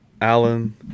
Alan